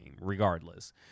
regardless